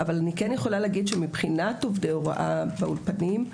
אבל מבחינת עובדי הוראה באולפנים,